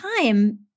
time